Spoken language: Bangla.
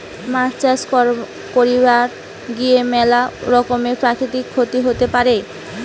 মাছ চাষ কইরার গিয়ে ম্যালা রকমের প্রাকৃতিক ক্ষতি হতে পারে